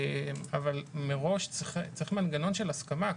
אבל מראש צריך מנגנון של הסכמה,